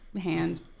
hands